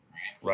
right